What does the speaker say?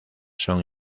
son